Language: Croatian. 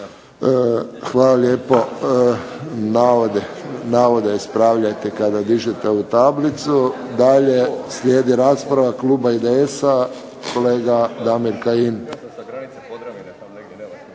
Hvala lijepo. Navode ispravljajte kada dižete ovu tablicu. Dalje slijedi rasprava kluba IDS-a, kolega Damir Kajin. **Kajin, Damir (IDS)** Poštovani